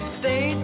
stay